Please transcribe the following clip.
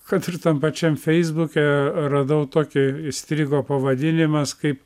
kad ir tam pačiam feisbuke radau tokį įstrigo pavadinimas kaip